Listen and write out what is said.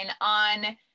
on